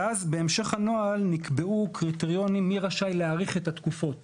בהמשך הנוהל נקבעו קריטריונים מי רשאי להאריך את התקופות